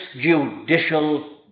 judicial